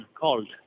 called